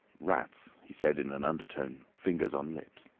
rats, he said in an undertone, fingers on lips.